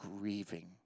grieving